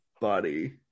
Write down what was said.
body